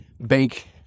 bank